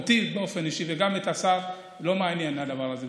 אותי באופן אישי וגם את השר לא מעניין הדבר הזה,